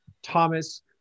thomas